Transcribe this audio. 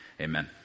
Amen